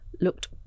looked